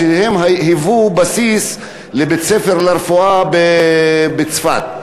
הם היו בסיס לבית-ספר לרפואה בצפת,